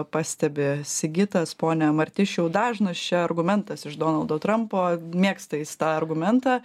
pastebi sigitas pone martišiau dažnas čia argumentas iš donaldo trampo mėgsta jis tą argumentą